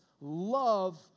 love